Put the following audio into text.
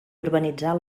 urbanitzar